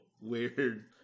weird